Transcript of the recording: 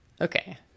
Okay